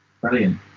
Brilliant